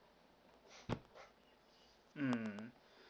mm